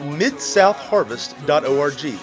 midsouthharvest.org